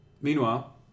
Meanwhile